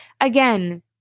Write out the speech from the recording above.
again